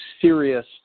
serious